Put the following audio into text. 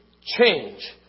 change